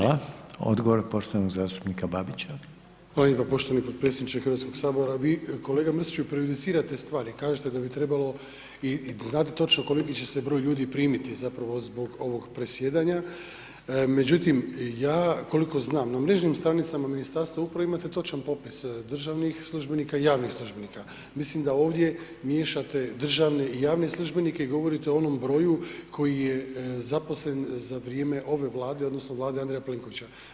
Hvala lijepa poštovani podpredsjedniče Hrvatskog sabora, vi kolega Mrsiću prejudicirate stvari kažete da bi trebalo i znate točno koliki će se broj ljudi primiti zapravo zbog ovog predsjedanja, međutim ja koliko znam na mrežnim stranicama Ministarstva uprave imate točan popis državnih službenika i javnih službenika, mislim da ovdje miješate državne i javne službenike i govorite o onom broju koji je zaposlen za vrijeme ove Vlade odnosno Vlade Andreja Plenkovića.